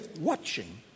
watching